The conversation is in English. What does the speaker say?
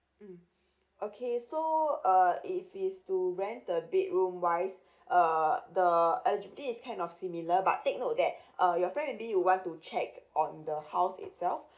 mmhmm okay so uh if it's to rent the bedroom wise uh the actually is kind of similar but take note that uh your friend maybe will want to check on the house itself